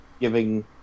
giving